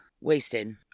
Wasted